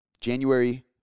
January